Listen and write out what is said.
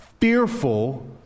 fearful